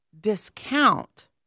discount